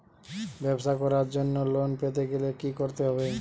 ব্যবসা করার জন্য লোন পেতে গেলে কি কি করতে হবে?